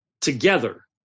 together